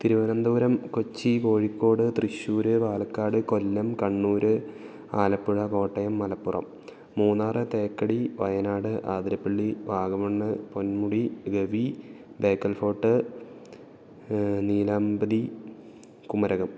Thiruvananthapuram Kochi Kozhikode Thrissur Palakkad Kollam Kannur Alappuzha Kottayam Malappuram Munnar Thekkady Wayanad Athirappilly Vagamon Ponmudi Gavi Bekal fort Nelliyampathy Kumarakom